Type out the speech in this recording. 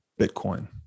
Bitcoin